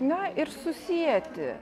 na ir susieti